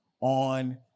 on